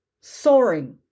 soaring